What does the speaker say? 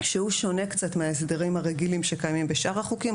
ושונה קצת מההסדרים הרגילים, שקיימים בשאר החוקים.